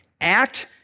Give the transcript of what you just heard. act